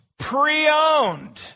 Pre-owned